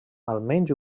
almenys